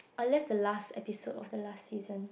I left the last episode of the last season